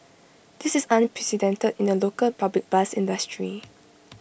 this is unprecedented in the local public bus industry